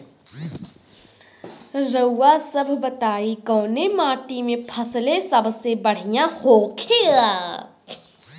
रउआ सभ बताई कवने माटी में फसले सबसे बढ़ियां होखेला?